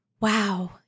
wow